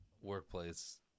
workplace